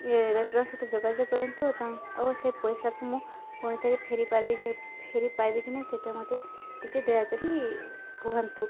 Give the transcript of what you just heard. restaurant ସହିତ ଯୋଗାଯୋଗ କରନ୍ତୁ ତା ଓ ସେ ପଇସାକୁ ମୁଁ ପୁଣିଥରେ ଫେରି ପାରିବି ଫେରି ପାଇବି କି ନାଇଁ ସେଇଟା ମୋତେ ଟିକେ ଦୟାକରି କୁହନ୍ତୁ